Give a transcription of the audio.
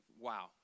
Wow